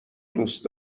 دوست